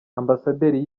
ambasaderi